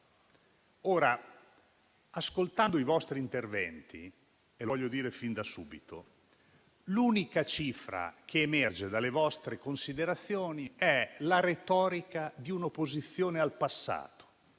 Ascoltando i vostri interventi - lo voglio dire fin da subito - l'unica cifra che emerge dalle vostre considerazioni è la retorica di un'opposizione al passato.